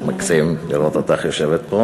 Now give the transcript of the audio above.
מקסים לראות אותך יושבת פה.